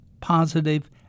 positive